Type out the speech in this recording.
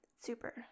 super